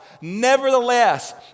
Nevertheless